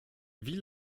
wie